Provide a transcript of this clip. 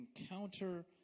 encounter